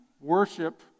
worship